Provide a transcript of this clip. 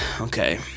Okay